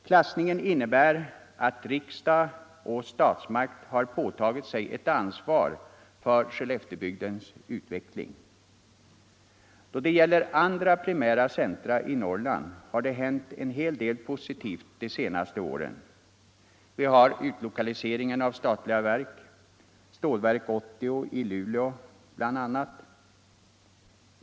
Klassningen innebär att riksdag och regering har påtagit sig ett ansvar för Skelleftebygdens utveckling. Då det gäller andra primära centra i Norrland har det hänt en hel del positivt de senaste åren. Vi har utlokaliseringen av statliga verk, bl.a. Stålverk 80 i Luleå.